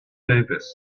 davis